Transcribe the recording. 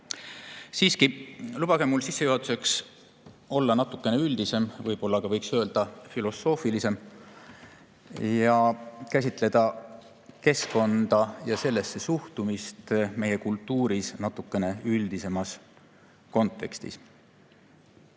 Siiski, lubage mul sissejuhatuses olla natuke üldisem, võib-olla võiks öelda, et filosoofilisem, ja käsitleda keskkonda ja sellesse suhtumist meie kultuuris natukene üldisemas kontekstis.